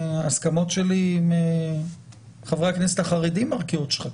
ההסכמות שלי עם חברי הכנסת החרדים מרקיעות שחקים.